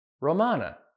Romana